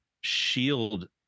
shield